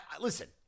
listen